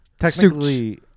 Technically